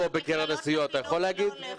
במכללות לחינוך היא לא הולכת.